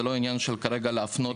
זה לא עניין כרגע של להפנות